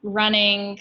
running